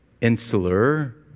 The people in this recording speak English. insular